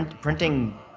printing